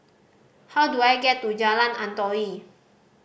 how do I get to Jalan Antoi